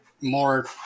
more